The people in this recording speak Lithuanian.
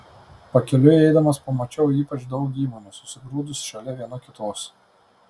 pakeliui eidamas pamačiau ypač daug įmonių susigrūdusių šalia viena kitos